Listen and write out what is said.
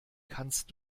kannst